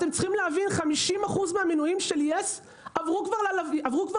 אתם צריכים להבין ש-50% מהמנויים של יס עברו כבר לאינטרנט.